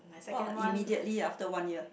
!wah! immediately after one year